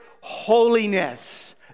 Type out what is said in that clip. holiness